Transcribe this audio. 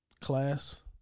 class